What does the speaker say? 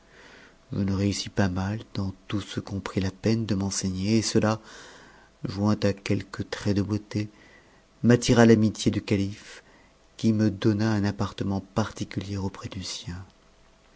je ne réussis pas mal dans tout ce qu'on prit la peine de m'enseigner et cela joint à quelques traits de beauté m'attira t'amitié du calife qui me donna un appartement particulier auprès du sien